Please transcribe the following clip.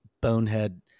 bonehead